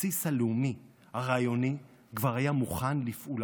הבסיס הלאומי הרעיוני כבר היה מוכן לפעולה.